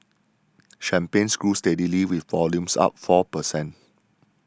champagnes grew steadily with volumes up four per cent